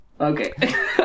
Okay